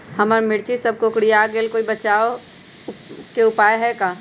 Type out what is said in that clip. हमर मिर्ची सब कोकररिया गेल कोई बचाव के उपाय है का?